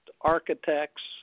architects